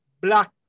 black